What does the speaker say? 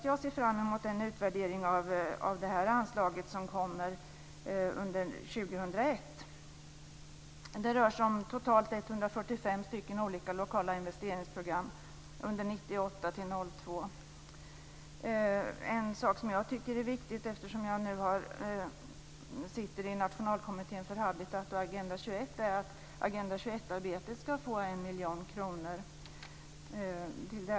Jag ser fram emot den utvärdering av det här anslaget som kommer under 2001. Det rör sig om totalt 145 stycken olika lokala investeringsprogram under 1998 till En sak som jag tycker är viktig, eftersom jag sitter i nationalkommittén för Habitat och Agenda 21, är att Agenda 21-arbetet ska få 1 miljon kronor.